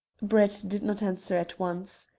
brett did not answer at once.